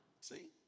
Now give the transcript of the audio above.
see